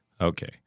okay